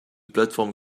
plateforme